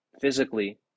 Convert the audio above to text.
physically